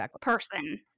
person